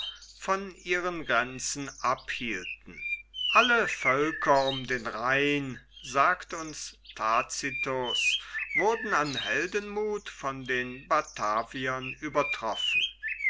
von ihren grenzen abhielten alle völker um den rhein sagt uns tacitus wurden an heldenmuth von den bataviern übertroffen